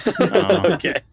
Okay